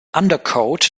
undercoat